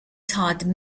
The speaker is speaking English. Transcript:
todd